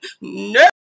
no